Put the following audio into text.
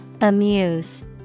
amuse